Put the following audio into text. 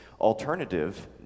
alternative